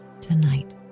tonight